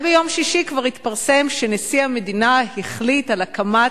ביום שישי כבר התפרסם שנשיא המדינה החליט על הקמת